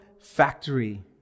factory